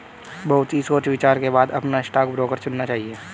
बहुत ही सोच विचार के बाद अपना स्टॉक ब्रोकर चुनना चाहिए